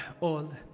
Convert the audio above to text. old